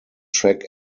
track